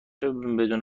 بدون